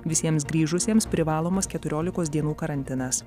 visiems grįžusiems privalomas keturiolikos dienų karantinas